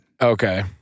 Okay